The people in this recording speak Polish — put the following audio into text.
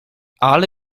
ale